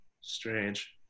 Strange